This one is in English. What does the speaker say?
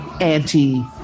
anti